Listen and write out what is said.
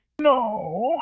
No